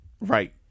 right